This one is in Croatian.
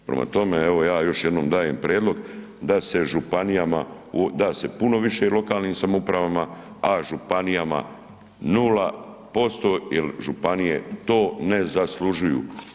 Prema tome, evo, ja još jednom dajem prijedlog da se županijama, da se puno više lokalnim samoupravama, a županijama 0% jer županije to ne zaslužuju.